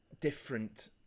different